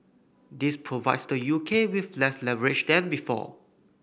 this provides the U K with less leverage than before